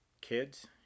kids